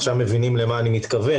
עכשיו מבינים למה אני מתכוון.